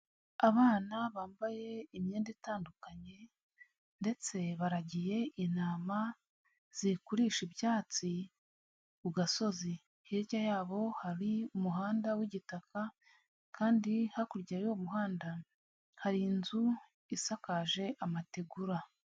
Abana bambaye imyenda itandukanye ndetse baragiye intama ziri kuririsha ibyatsi ku gasozi. Hirya yabo hari umuhanda w'igitaka kandi hakurya y'uwo muhanda, hari inzu isakaje amategura.